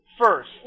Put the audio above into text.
first